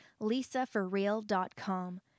lisaforreal.com